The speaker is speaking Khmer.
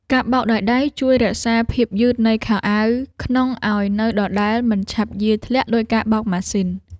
ការបោកដោយដៃជួយរក្សាភាពយឺតនៃខោអាវក្នុងឱ្យនៅដដែលមិនឆាប់យារធ្លាក់ដូចការបោកម៉ាស៊ីន។